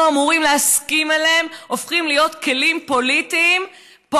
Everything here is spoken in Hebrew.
אמורים להסכים עליהם הופכים להיות כלים פוליטיים פה,